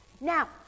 Now